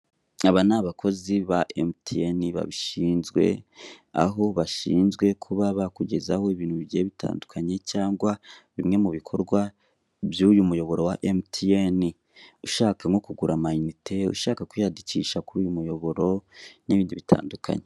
Aba ni abakozi ba emutiyeni babishinzwe, aho bashinzwe kuba bakugezaho ibintu bigiye bitandukanye, cyangwa bimwe mu bikorwa by'uyu muyoboro wa emutiyeni, ushaka nko kugura amayinite, ushaka kwiyandikisha kuri uyu muyoboro, n'ibindi bitandukanye.